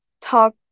talk